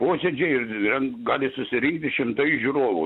posėdžiai ir gali susirinkti šimtai žiūrovų